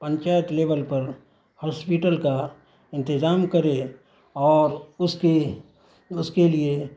panchayat level پر hospital کا انتظام کرے اور اس کی اس کے لیے